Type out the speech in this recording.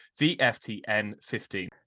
VFTN15